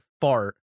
fart